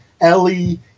Ellie